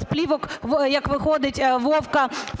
з плівок, як виходить, Вовка в